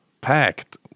packed